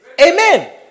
Amen